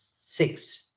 six